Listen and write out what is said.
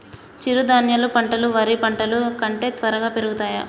చిరుధాన్యాలు పంటలు వరి పంటలు కంటే త్వరగా పెరుగుతయా?